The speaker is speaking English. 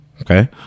Okay